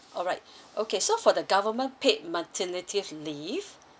alright okay so for the government paid maternity leave